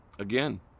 Again